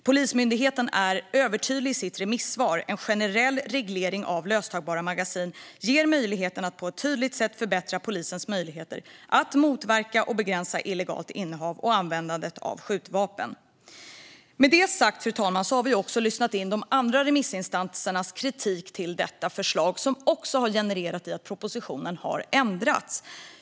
Polismyndigheten är övertydlig i sitt remissvar: En generell reglering av löstagbara magasin ger möjligheten att på ett tydligt sätt förbättra polisens möjligheter att motverka och begränsa illegalt innehav och användande av skjutvapen. Med det sagt, fru talman, har vi lyssnat på de andra remissinstansernas kritik mot detta förslag, vilket har resulterat i att propositionen har ändrats.